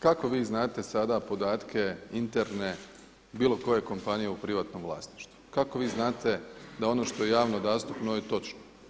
Kako vi znate sada podatke interne bilo koje kompanije u privatnom vlasništvu, kako vi znate da je ono što je javno dostupno je točno?